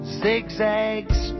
zigzags